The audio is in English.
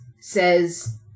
says